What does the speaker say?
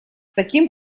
таким